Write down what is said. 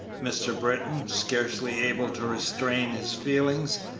mr. britton, scarcely able to restrain his feelings,